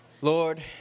Lord